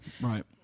Right